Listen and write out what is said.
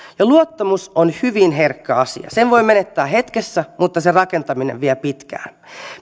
luottamus on hyvin herkkä asia sen voi menettää hetkessä mutta sen rakentaminen vie pitkään